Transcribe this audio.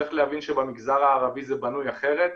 צריך להבין שבמגזר הערבי זה בנוי אחרת.